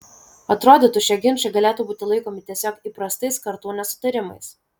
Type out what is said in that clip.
atrodytų šie ginčai galėtų būti laikomi tiesiog įprastais kartų nesutarimais